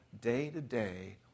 day-to-day